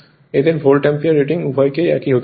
এদের volt ampere rating উভয়কেই একই হতে হবে